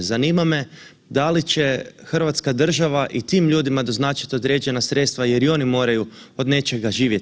Zanima me da li će hrvatska država i tim ljudima doznačiti određena sredstva jer i oni moraju od nečega živjeti?